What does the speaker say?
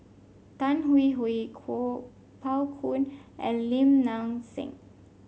Tan Hwee Hwee Kuo Pao Kun and Lim Nang Seng